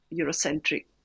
Eurocentric